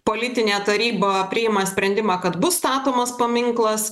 politinė taryba priima sprendimą kad bus statomas paminklas